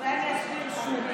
אז אולי אני אסביר שוב.